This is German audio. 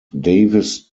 davis